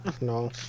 No